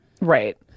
Right